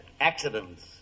accidents